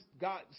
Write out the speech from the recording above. god